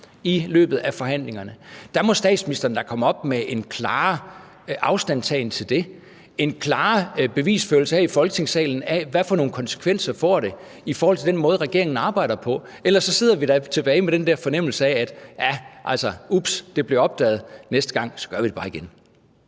i løbet af forhandlingerne. Der må statsministeren da komme op med en klarere afstandtagen til det, en klarere bevisførelse her i Folketingssalen af, hvad for nogle konsekvenser det får i forhold til den måde, regeringen arbejder på. Ellers så sidder vi da tilbage med den der fornemmelse af, at ja, altså, ups, det blev opdaget; næste gang så gør vi det bare igen.